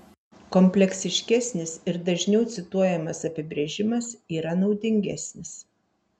kompleksiškesnis ir dažniau cituojamas apibrėžimas yra naudingesnis